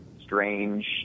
strange